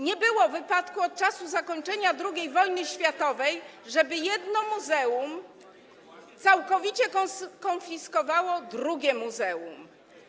Nie było wypadku od czasu zakończenia II wojny światowej, żeby jedno muzeum całkowicie konfiskowało drugie muzeum.